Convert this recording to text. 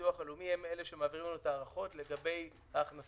הביטוח הלאומי הם אלה שמעבירים לנו את ההערכות לגבי ההכנסות.